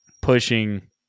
pushing